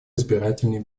избирательные